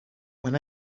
when